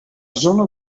zona